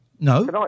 No